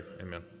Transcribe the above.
Amen